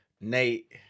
Nate